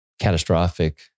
catastrophic